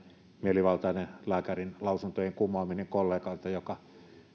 mielivaltainen lääkärinlausuntojen kumoaminen kollegalta joka